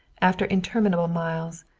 after interminable miles,